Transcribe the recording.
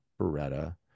beretta